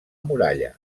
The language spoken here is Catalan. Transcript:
muralla